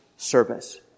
Service